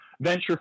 venture